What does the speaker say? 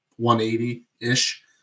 180-ish